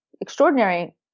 extraordinary